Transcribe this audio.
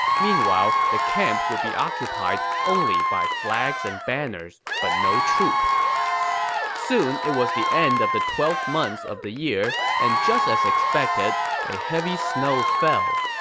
meanwhile, the camp would be occupied only by flags and banners, but no troops soon, it was the end of twelfth month of the year, and just as expected, a heavy snow fell.